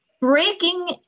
breaking